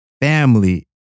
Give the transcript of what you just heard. family